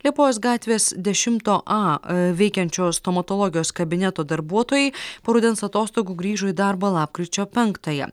liepojos gatvės dešimto a veikiančios stomatologijos kabineto darbuotojai po rudens atostogų grįžo į darbą lapkričio penktąją